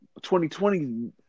2020